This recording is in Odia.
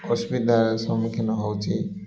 ଅସୁବିଧାର ସମ୍ମୁଖୀନ ହଉଛି